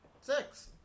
Six